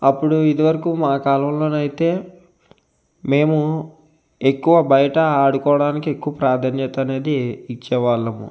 అప్పుడు ఇదివరకు మా కాలంలోనైతే మేము ఎక్కువ బయట ఆడుకోవడానికి ఎక్కువ ప్రాధాన్యత అనేది ఇచ్చే వాళ్ళము